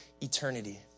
eternity